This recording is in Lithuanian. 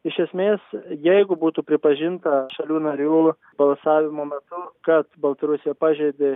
iš esmės jeigu būtų pripažinta šalių narių balsavimo metu kad baltarusija pažeidė